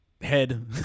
head